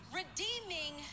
redeeming